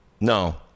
no